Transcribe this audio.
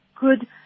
good